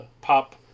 Pop